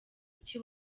iki